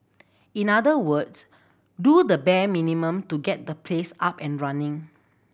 in other words do the bare minimum to get the place up and running